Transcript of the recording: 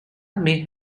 may